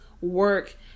work